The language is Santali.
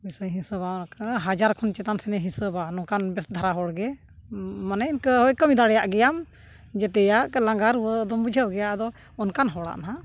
ᱯᱚᱭᱥᱟᱭ ᱦᱤᱥᱟᱹᱵᱟ ᱦᱟᱡᱟᱨ ᱠᱷᱚᱱ ᱪᱮᱛᱟᱱ ᱥᱮᱱᱮ ᱦᱤᱥᱟᱹᱵᱟ ᱱᱚᱝᱠᱟᱱ ᱵᱮᱥ ᱫᱷᱟᱨᱟ ᱦᱚᱲᱜᱮ ᱢᱟᱱᱮ ᱤᱱᱠᱟᱹ ᱠᱟᱹᱢᱤ ᱫᱟᱲᱮᱭᱟᱜ ᱜᱮᱭᱟᱢ ᱡᱚᱛᱚᱣᱟᱜ ᱞᱟᱸᱜᱟ ᱨᱩᱣᱟᱹ ᱫᱚᱢ ᱵᱩᱡᱷᱟᱹᱣ ᱜᱮᱭᱟ ᱟᱫᱚ ᱚᱱᱠᱟᱱ ᱦᱚᱲᱟᱜ ᱦᱟᱜ